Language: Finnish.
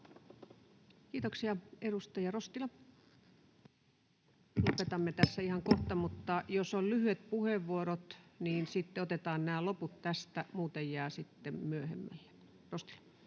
Kiitoksia. — Edustaja Rostila. — Lopetamme tässä ihan kohta, mutta jos on lyhyet puheenvuorot, niin sitten otetaan nämä loput tästä, muuten jää sitten myöhemmälle. — Rostila.